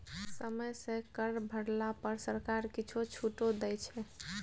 समय सँ कर भरला पर सरकार किछु छूटो दै छै